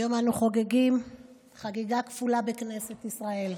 היום אנו חוגגים חגיגה כפולה בכנסת ישראל,